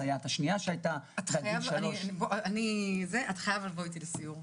למשל סייעת שנייה --- אתה חייב לבוא איתי לסיור.